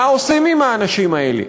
מה עושים עם האנשים האלה?